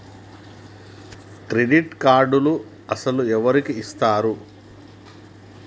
Credit కార్డులు అసలు ఎవరికి ఇస్తారు?